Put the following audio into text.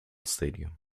stadium